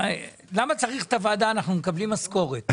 למה צריך את הוועדה, אנחנו מקבלים משכורת.